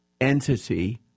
entity